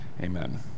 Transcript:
amen